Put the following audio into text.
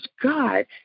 God